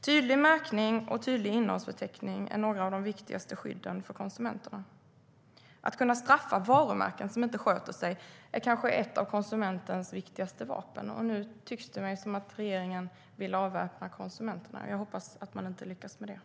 Tydlig märkning och tydlig innehållsförteckning är några av de viktigaste skydden för konsumenterna.